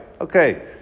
Okay